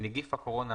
"נגיף הקורונה"